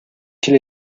quel